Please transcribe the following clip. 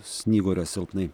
snyguriuos silpnai